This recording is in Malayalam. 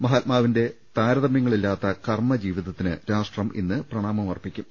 മഹാത്മാവിന്റെ താരതമൃങ്ങളില്ലാത്ത കർമ്മജീവിത ത്തിന് രാഷ്ട്രം ഇന്ന് പ്രണാമമർപ്പിക്കും